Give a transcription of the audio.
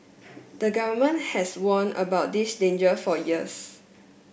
the Government has warned about this danger for years